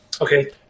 okay